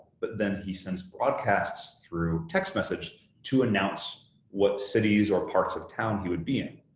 but then he sends broadcasts through text message to announce what cities or parts of town he would be in.